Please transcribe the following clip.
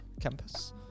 campus